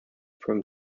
from